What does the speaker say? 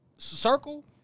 circle